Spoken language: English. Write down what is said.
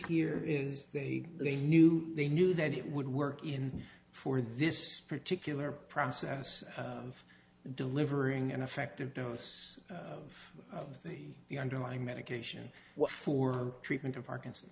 here is they they knew they knew that it would work in for this particular process of delivering an effective dose of the underlying medication for treatment of parkinson's